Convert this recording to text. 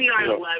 9-11